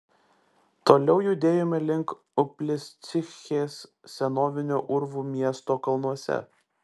toliau judėjome link upliscichės senovinio urvų miesto kalnuose